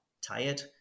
tired